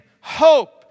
hope